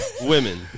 women